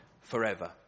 forever